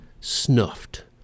snuffed